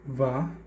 va